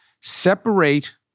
Separate